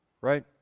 Right